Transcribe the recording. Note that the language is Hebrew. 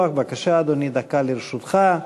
דקה לרשותך.